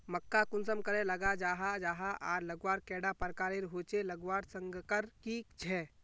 मक्का कुंसम करे लगा जाहा जाहा आर लगवार कैडा प्रकारेर होचे लगवार संगकर की झे?